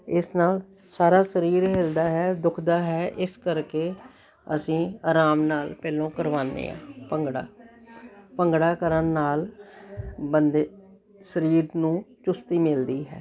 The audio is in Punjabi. ਇਸ ਨਾਲ ਸਾਰਾ ਸਰੀਰ ਹਿਲਦਾ ਹੈ ਦੁਖਦਾ ਹੈ ਇਸ ਕਰਕੇ ਅਸੀਂ ਆਰਾਮ ਨਾਲ ਪਹਿਲੋਂ ਕਰਵਾਉਂਦੇ ਹਾਂ ਭੰਗੜਾ ਭੰਗੜਾ ਕਰਨ ਨਾਲ ਬੰਦੇ ਸਰੀਰ ਨੂੰ ਚੁਸਤੀ ਮਿਲਦੀ ਹੈ